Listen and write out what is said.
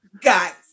guys